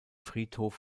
friedhof